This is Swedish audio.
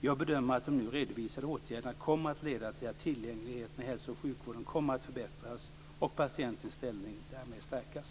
Jag bedömer att de nu redovisade åtgärderna kommer att leda till att tillgängligheten i hälso och sjukvården kommer att förbättras och patientens ställning därmed stärkas.